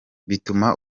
bituma